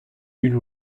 une